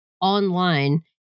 online